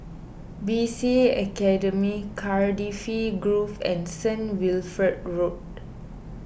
B C A Academy Cardifi Grove and Saint Wilfred Road